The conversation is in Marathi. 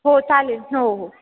हो चालेल हो हो